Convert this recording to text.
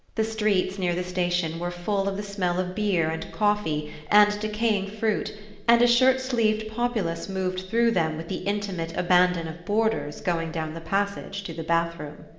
the streets near the station were full of the smell of beer and coffee and decaying fruit and a shirt-sleeved populace moved through them with the intimate abandon of boarders going down the passage to the bathroom.